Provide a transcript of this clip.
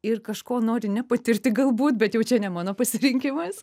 ir kažko nori nepatirti galbūt bet jau čia ne mano pasirinkimas